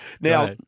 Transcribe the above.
Now